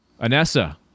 Anessa